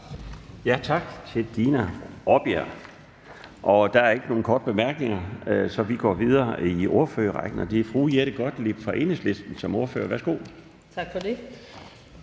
Tak for det.